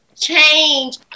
Change